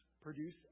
produce